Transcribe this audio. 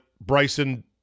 Bryson